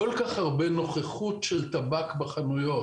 כל כך הרבה נוכחות של טבק בחנויות,